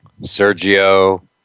Sergio